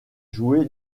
joué